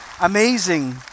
Amazing